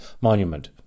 monument